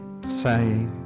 say